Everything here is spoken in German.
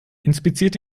inspiziert